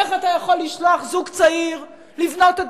איך אתה יכול לשלוח זוג צעיר לבנות את